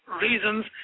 reasons